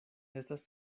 estas